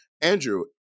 Andrew